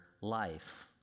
life